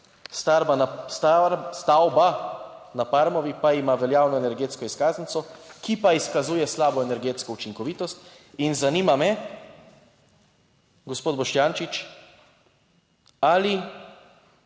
stavba na Parmovi pa ima veljavno energetsko izkaznico, ki pa izkazuje slabo energetsko učinkovitost. Zanima me, gospod Boštjančič: Ali